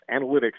analytics